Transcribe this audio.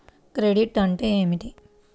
Credit అంటే ఏమిటి?